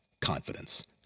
Confidence